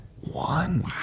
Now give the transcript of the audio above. One